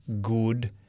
good